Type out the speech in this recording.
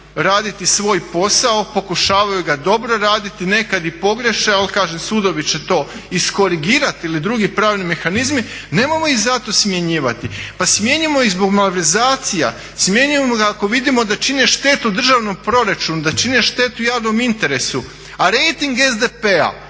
raditi svoj posao, pokušavaju ga dobro radit, nekad i pogriješe ali kažem sudovi će to iskorigirat ili drugi pravni mehanizmi. Nemojmo ih zato smjenjivati. Pa smijenimo ih zbog malverzacija, smijenimo ih ako vidimo da čine štetu državnom proračunu, da čine štetu javnom interesu, a rejting SDP-a